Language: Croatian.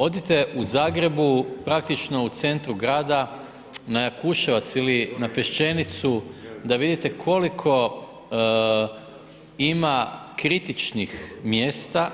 Odite u Zagrebu praktično u centru grada na Jakuševac ili na Pešćenicu da vidite koliko ima kritičnih mjesta